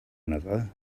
another